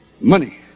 Money